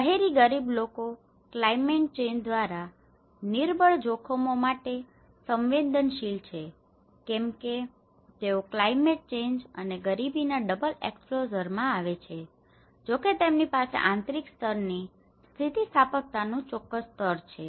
શહેરી ગરીબ લોકો ક્લાયમેટ ચેન્જ દ્વારા નિર્બળ જોખમો માટે સંવેદનશીલ છે કેમ કે તેઓ ક્લાયમેટ ચેન્જ અને ગરીબી ના ડબલ એક્સપોઝર માં આવે છે જો કે તેમની પાસે આંતરિક સ્તરની સ્થીતીસ્થાપકતાનું ચોક્કસ સ્તર પણ છે